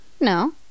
No